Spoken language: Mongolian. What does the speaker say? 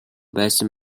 байсан